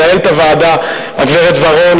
למנהלת הוועדה הגברת ורון,